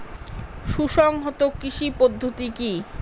সুসংহত কৃষি পদ্ধতি কি?